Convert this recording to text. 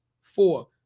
four